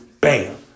Bam